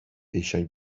eisiau